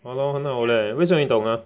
!hannor! 很好 leh 为什么你懂 ah